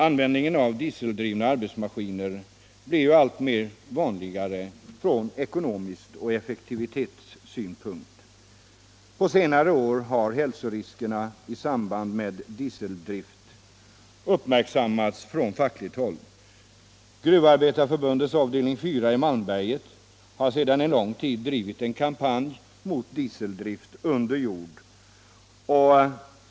Användningen av dieseldrivna arbetsmaskiner blir allt vanligare från ekonomisk synpunkt och effektivitetssynpunkt. På senare år har hälsoriskerna i samband med dieseldrift uppmärksammats från fackligt håll. Gruvarbetareförbundets avdelning 4 i Malmberget har sedan lång tid drivit kampanj mot dieseldrift under jord.